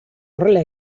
horrela